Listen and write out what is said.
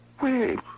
Wait